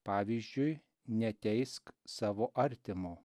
pavyzdžiui neteisk savo artimo